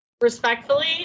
Respectfully